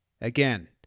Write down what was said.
Again